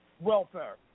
welfare